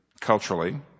culturally